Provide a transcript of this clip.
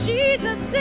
Jesus